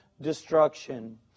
destruction